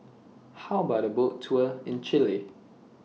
How about A Boat Tour in Chile